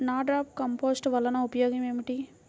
NADEP compost వలన ఉపయోగం ఏమిటి?